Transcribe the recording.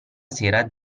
sera